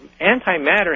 antimatter